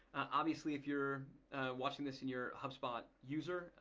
obviously if you're watching this and you're a hubspot user,